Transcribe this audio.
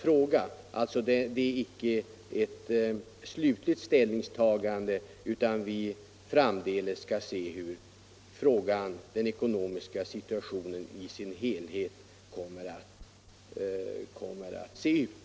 Vi har alltså icke gjort ett slutligt ställningstagande, utan vi skall framdeles se hur den ekonomiska situationen i sin helhet kommer att te sig.